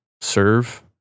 serve